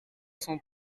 cent